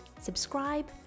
subscribe